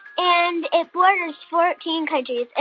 and it borders fourteen countries.